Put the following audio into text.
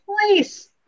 please